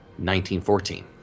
1914